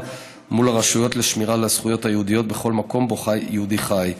מול הרשויות לשמירה על הזכויות היהודיות בכל מקום שבו יהודי חי.